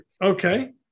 okay